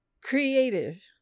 Creative